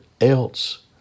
else